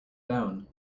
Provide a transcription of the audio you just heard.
down